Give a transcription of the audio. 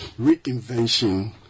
Reinvention